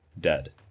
dead